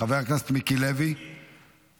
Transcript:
חבר הכנסת מיקי לוי, מוותר?